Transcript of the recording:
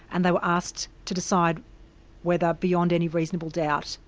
and they were asked to decide whether beyond any reasonable doubt,